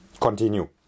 Continue